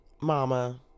Mama